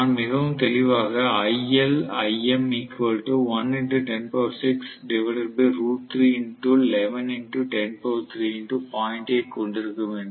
நான் மிகவும் தெளிவாக கொண்டிருக்க வேண்டும்